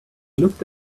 looked